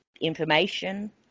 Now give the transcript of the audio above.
information